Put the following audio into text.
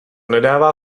nedává